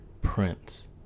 Prince